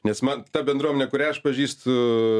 nes man ta bendruomenė kurią aš pažįstu